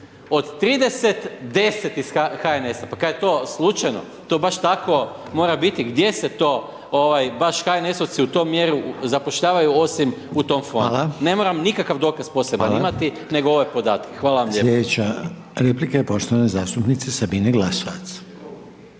Od 30, 10 iz HNS-a, pa kaj je to slučajno? To baš tako mora biti? Gdje se to baš HNS-ovci u toj mjeri zapošljavaju osim u tom fondu? Ne moram nikakav dokaz poseban imati nego ovaj podatak. Hvala vam lijepa. **Reiner, Željko (HDZ)** Hvala. Slijedeća replika je poštovane zastupnice Sabine Glasovac.